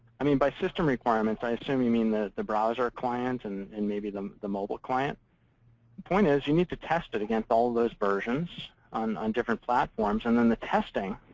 i mean, by system requirements i assume you mean the the browser client and and maybe the the mobile client. the point is you need to test it against all those versions on on different platforms. and then the testing